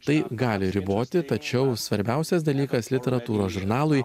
tai gali riboti tačiau svarbiausias dalykas literatūros žurnalui